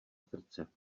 srdce